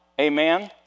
Amen